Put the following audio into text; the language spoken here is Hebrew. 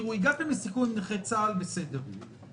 הגעתם לסיכום עם נכי צה"ל, בסדר.